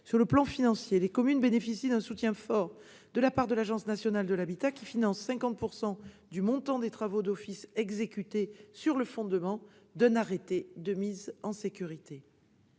Sur le plan financier, les communes bénéficient d'un soutien fort de la part de l'Agence nationale de l'habitat, qui finance 50 % du montant des travaux d'office exécutés sur le fondement d'un arrêté de mise en sécurité.